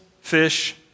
fish